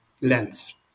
lens